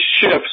ships